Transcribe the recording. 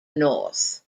north